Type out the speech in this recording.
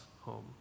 home